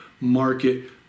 market